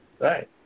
Right